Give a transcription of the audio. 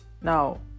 Now